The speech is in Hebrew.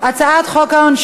21 בעד,